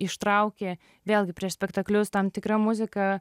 ištrauki vėlgi prieš spektaklius tam tikra muzika